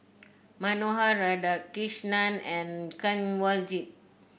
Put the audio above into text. Manohar Radhakrishnan and Kanwaljit